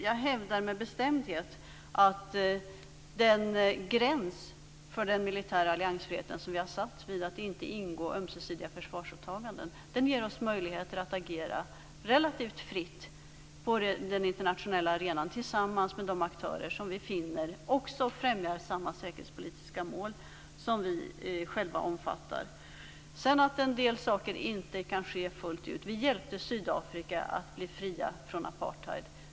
Jag hävdar med bestämdhet att den gräns för den militära alliansfriheten som vi har satt vid att inte ingå ömsesidiga försvarsåtaganden ger oss möjligheter att agera relativt fritt på den internationella arenan, tillsammans med de aktörer som vi också finner främjar samma säkerhetspolitiska mål som vi själva omfattar. Sedan kanske en del saker inte syns fullt ut. Vi hjälpte Sydafrika att bli fritt från apartheid.